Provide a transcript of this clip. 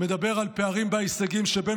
דוח מבקר המדינה מדבר על פערים בהישגים שבין